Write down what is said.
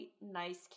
nice